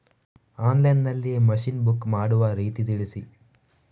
Online ನಲ್ಲಿ machine book ಮಾಡುವ ರೀತಿ ತಿಳಿಸಿ?